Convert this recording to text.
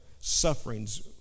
sufferings